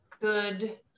good